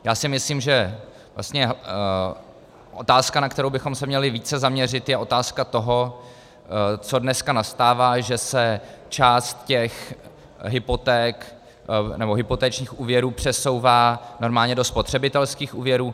Já si myslím, že vlastně otázka, na kterou bychom se měli více zaměřit, je otázka toho, co dneska nastává, že se část těch hypoték nebo hypotečních úvěrů přesouvá normálně do spotřebitelských úvěrů.